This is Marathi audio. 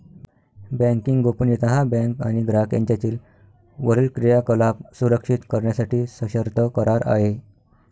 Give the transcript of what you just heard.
बँकिंग गोपनीयता हा बँक आणि ग्राहक यांच्यातील वरील क्रियाकलाप सुरक्षित करण्यासाठी सशर्त करार आहे